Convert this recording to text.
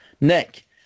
Nick